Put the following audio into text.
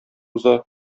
уза